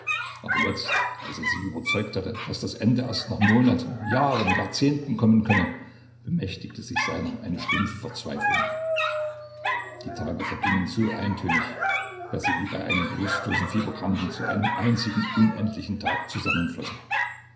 aber jetzt als er sich überzeugt hatte daß das ende erst nach monaten jahren jahrzehnten kommen könne bemächtigte sich seiner eine stumpfe verzweiflung die tage vergingen so eintönig daß sie wie bei einem bewußtlosen fieberkranken zu einem einzigen unendlichen tag zusammenflossen